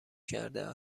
کرده